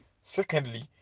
Secondly